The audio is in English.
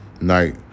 night